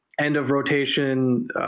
end-of-rotation